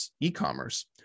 e-commerce